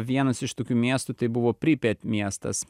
vienas iš tokių miestų tai buvo pripet miestas